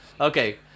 Okay